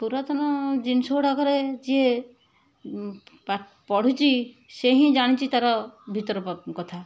ପୁରାତନ ଜିନିଷ ଗୁଡ଼ାକରେ ଯିଏ ପଢ଼ିଛି ସେ ହିଁ ଜାଣିଛି ତାର ଭିତର କଥା